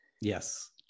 Yes